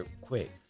quick